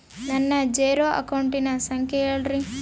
ನನ್ನ ಜೇರೊ ಅಕೌಂಟಿನ ಸಂಖ್ಯೆ ಹೇಳ್ರಿ?